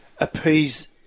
appease